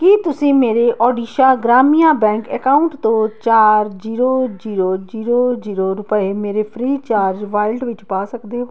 ਕੀ ਤੁਸੀਂ ਮੇਰੇ Odisha Gramya bank account ਦੋ ਚਾਰ ਜ਼ੀਰੋ ਜ਼ੀਰੋ ਜ਼ੀਰੋ ਜ਼ੀਰੋ ਰੁਪਏ ਮੇਰੇ ਫ੍ਰੀ ਚਾਰਜ ਵਾਲਿਟ ਵਿੱਚ ਪਾ ਸਕਦੇ ਹੋ